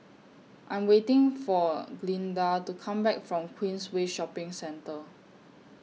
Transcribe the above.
I Am waiting For Glynda to Come Back from Queensway Shopping Centre